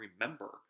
remember